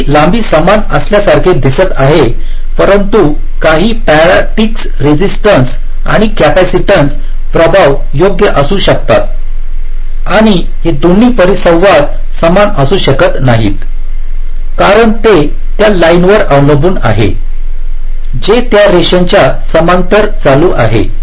जरी लांबी समान असल्यासारखे दिसत आहे परंतु काही पॅरासिटीक्स रेजिस्टन्स आणि कॅपेसिटन्स प्रभाव योग्य असू शकतात आणि हे दोन्ही परिसंवाद समान असू शकत नाहीत कारण ते त्या लाइनवर अवलंबून आहे जी त्या रेषांच्या समांतर चालू आहे